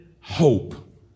hope